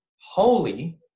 holy